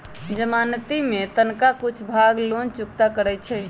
जमानती कें तनका कुछे भाग लोन चुक्ता करै छइ